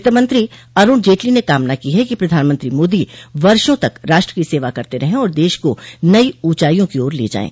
वित्तमंत्री अरूण जेटली ने कामना की है कि प्रधानमंत्री मोदी वर्षों तक राष्ट्र की सेवा करते रहें और देश को नई ऊंचाइयों की ओर ले जाएं